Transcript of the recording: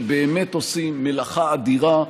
שבאמת עושים מלאכה אדירה,